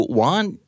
want